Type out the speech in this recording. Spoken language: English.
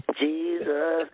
Jesus